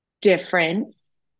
difference